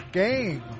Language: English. game